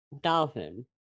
dolphin